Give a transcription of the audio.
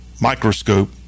microscope